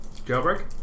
Jailbreak